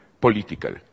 political